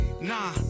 Nah